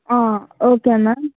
ఆ okay madam